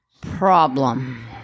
problem